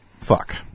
fuck